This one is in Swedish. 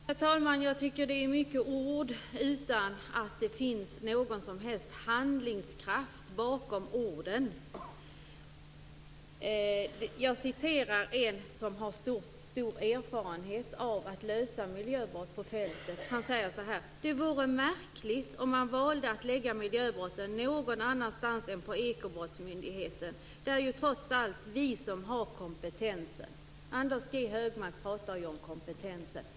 Herr talman! Jag tycker att det är många ord, utan att det finns någon som helst handlingskraft bakom dem. En person som har stor erfarenhet av att lösa miljöbrott på fältet säger så här: Det vore märkligt om man valde att lägga miljöbrotten någon annanstans än på Ekobrottsmyndigheten. Det är trots allt vi som har kompetensen. Anders G Högmark pratar ju om kompetensen.